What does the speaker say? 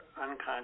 unconscious